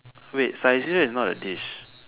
wait Saizeriya is not a dish